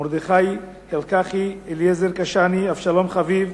מרדכי אלקחי, אליעזר קשאני, אבשלום חביב,